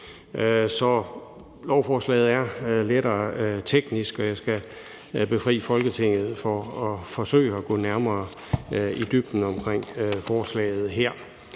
Så lovforslaget er lettere teknisk, og jeg skal befri Folketinget for at forsøge at gå nærmere i dybden med hensyn til forslaget her.